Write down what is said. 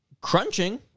crunching